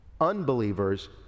Unbelievers